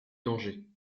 dangers